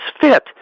fit